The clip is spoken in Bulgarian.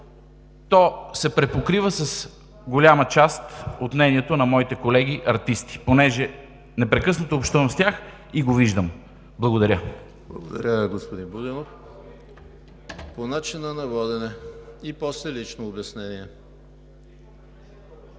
То се припокрива с голяма част от мнението на моите колеги артисти, понеже непрекъснато общувам с тях и го виждам. Благодаря. ПРЕДСЕДАТЕЛ ЕМИЛ ХРИСТОВ: Благодаря, господин Будинов. По начина на водене и после лично обяснение.